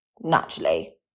naturally